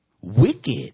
wicked